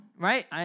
right